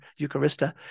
Eucharista